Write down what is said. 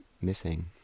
missing